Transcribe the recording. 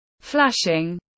flashing